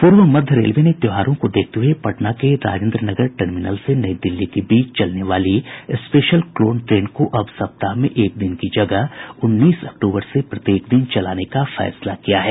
पूर्व मध्य रेल ने त्योहारों को देखते हुये पटना के राजेंद्रनगर टर्मिनल से नई दिल्ली के बीच चलने वाली स्पेशल क्लोन ट्रेन को अब सप्ताह में एक दिन की जगह उन्नीस अक्टूबर से प्रत्येक दिन चलाने का फैसला किया है